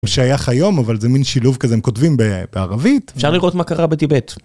משייך היום אבל זה מין שילוב כזה הם כותבים בערבית אפשר לראות מה קרה בטיבט